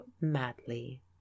madly